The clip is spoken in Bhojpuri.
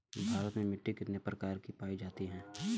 भारत में मिट्टी कितने प्रकार की पाई जाती हैं?